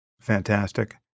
fantastic